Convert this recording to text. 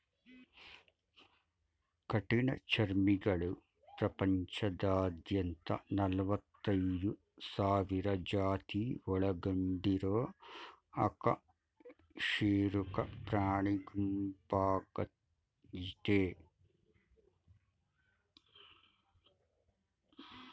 ಕಠಿಣಚರ್ಮಿಗಳು ಪ್ರಪಂಚದಾದ್ಯಂತ ನಲವತ್ತೈದ್ ಸಾವಿರ ಜಾತಿ ಒಳಗೊಂಡಿರೊ ಅಕಶೇರುಕ ಪ್ರಾಣಿಗುಂಪಾಗಯ್ತೆ